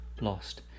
lost